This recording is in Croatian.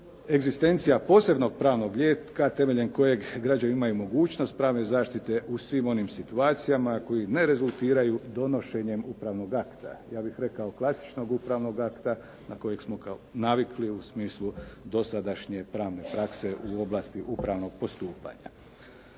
egzistencija posebnog pravnog lijeka temeljem kojeg građani imaju mogućnost pravne zaštite u svim onim situacijama koji ne rezultiraju donošenjem upravnog akta. Ja bih rekao klasičnog upravnog akta na kojeg smo navikli u smislu dosadašnje pravne prakse u oblasti upravnog postupanja.